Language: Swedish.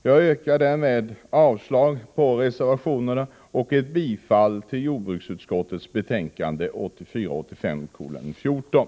Jag yrkar därför avslag på reservationerna och bifall till jordbruksutskottets hemställan i betänkande 1984/85:14.